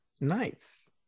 Nice